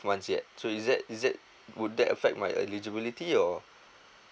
months yet so is it is it would that affect my eligibility or